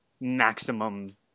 maximum